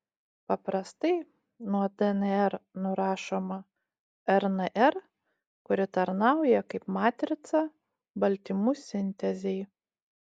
paprastai nuo dnr nurašoma rnr kuri tarnauja kaip matrica baltymų sintezei